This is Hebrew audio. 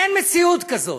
אין מציאות כזאת.